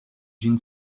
jean